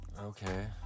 okay